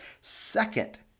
Second